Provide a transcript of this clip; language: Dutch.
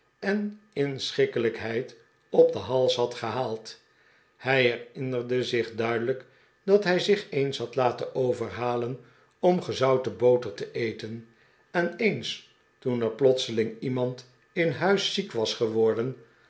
en mschikkelijkheid op den hals had gehaald hij herinnerde zich duidelijk dat hij zich eens had laten overhalen om gezouten boter te eten en eens toen er plotseling iemand in huis ziek was geworden